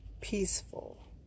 peaceful